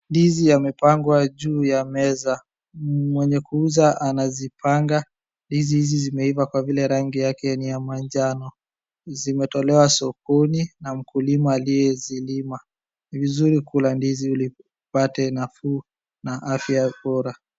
Ndizi yamepangwa juu ya meza, mwenye kuuza anazipanga. Ndizi hizi zimeiva kwa vile rangi yake ni ya majano, zimetolewa sokoni na mkulima aliyezilima. Ni vizuri kula ndizi ili upate nafuu na afya bora.